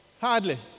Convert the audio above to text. Hardly